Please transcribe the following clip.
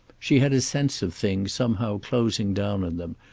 she had a sense of things somehow closing down on them,